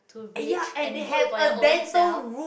too rich and good for your own self